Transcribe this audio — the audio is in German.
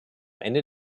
ende